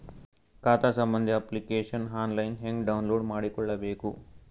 ಖಾತಾ ಸಂಬಂಧಿ application online ಹೆಂಗ್ ಡೌನ್ಲೋಡ್ ಮಾಡಿಕೊಳ್ಳಬೇಕು?